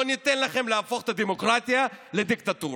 ניתן לכם להפוך את הדמוקרטיה לדיקטטורה.